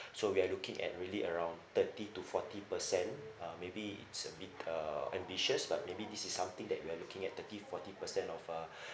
so we are looking at really around thirty to forty percent uh maybe it's a bit uh ambitious but maybe this is something that we are looking at thirty forty percent of uh